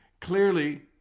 Clearly